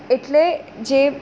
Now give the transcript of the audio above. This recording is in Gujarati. એટલે જે